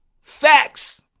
Facts